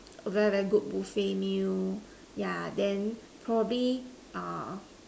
very very good buffet meal yeah then probably uh